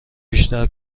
بیشتر